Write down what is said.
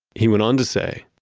he went on to say,